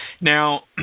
Now